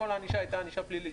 כל הענישה הייתה ענישה פלילית,